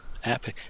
happy